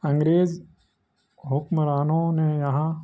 انگریز حکمرانوں نے یہاں